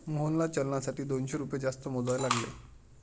मोहनला चलनासाठी दोनशे रुपये जास्त मोजावे लागले